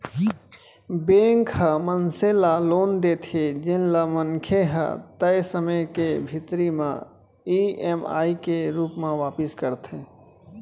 bank ह मनसे ल लोन देथे जेन ल मनखे ह तय समे के भीतरी म ईएमआई के रूप म वापिस करथे